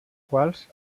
quals